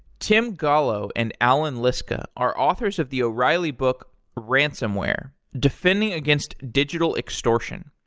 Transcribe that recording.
tim gallo and allan liska are authors of the o'reilly book ransomware defending against digital extortion.